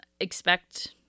expect